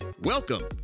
Welcome